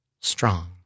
strong